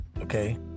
okay